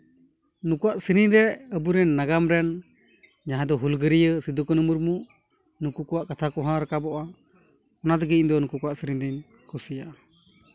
ᱱᱩᱠᱩᱣᱟᱜ ᱥᱮᱨᱮᱧ ᱨᱮ ᱟᱵᱚᱨᱮᱱ ᱱᱟᱜᱟᱢ ᱨᱮᱱ ᱡᱟᱦᱟᱸ ᱫᱚ ᱦᱩᱞᱜᱟᱹᱨᱭᱟᱹ ᱥᱤᱫᱩ ᱠᱟᱱᱩ ᱢᱩᱨᱢᱩ ᱱᱩᱠᱩ ᱠᱚᱣᱟᱜ ᱠᱟᱛᱷᱟ ᱠᱚᱦᱚᱸ ᱨᱟᱠᱟᱵᱚᱜᱼᱟ ᱚᱱᱟ ᱛᱮᱜᱮ ᱤᱧ ᱫᱚ ᱱᱩᱠᱩ ᱠᱚᱣᱟᱜ ᱥᱮᱨᱮᱧ ᱫᱩᱧ ᱠᱩᱥᱤᱭᱟᱜᱼᱟ